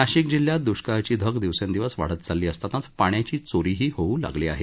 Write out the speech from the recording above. नाशिक जिल्ह्यात दुष्काळाची धग दिवसेंदिवस वाढत चालली असतानाच पाण्याची चोरीही होऊ लागली आहे